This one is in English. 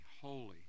holy